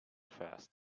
fast